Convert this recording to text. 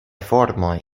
formoj